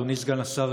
אדוני סגן השר,